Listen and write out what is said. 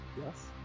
yes